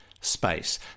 space